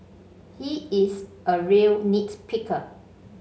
he is a real nit picker